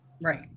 Right